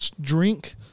Drink